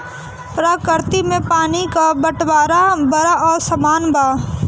प्रकृति में पानी क बंटवारा बड़ा असमान बा